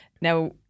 Now